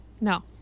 no